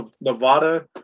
Nevada